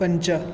पञ्च